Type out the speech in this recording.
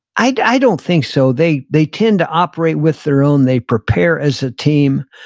i don't think so. they they tend to operate with their own. they prepare as a team.